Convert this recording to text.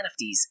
NFTs